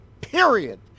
Period